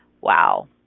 Wow